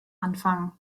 anfang